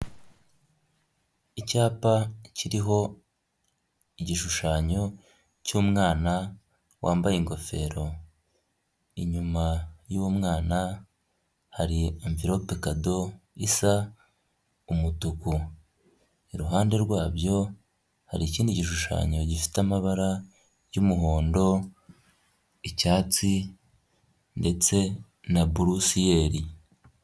Icyapa kiriho igishushanyo cy'umwana wambaye ingofero, inyuma y'uwo mwana hari anvelope kado isa umutuku, iruhande rwabyo hari ikindi gishushanyo gifite amabara y'umuhondo, icyatsi ndetse na bulusiyeli.